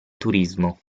turismo